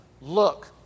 Look